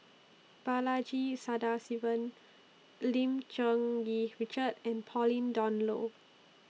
Balaji Sadasivan Lim Cherng Yih Richard and Pauline Dawn Loh